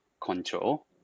control